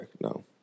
No